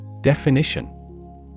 Definition